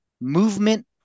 movement